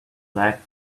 lack